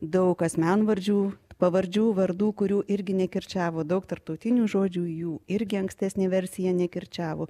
daug asmenvardžių pavardžių vardų kurių irgi nekirčiavo daug tarptautinių žodžių jų irgi ankstesnė versija nekirčiavo